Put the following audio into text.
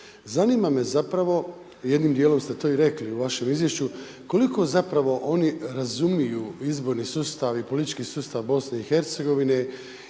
Zanima me zapravo jednim dijelom ste to i rekli u vašem izvješću koliko zapravo oni razumiju izborni sustav i politički sustav BiH-a i što je